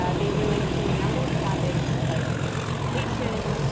ah they relate to a number of topics like education,